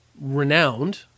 renowned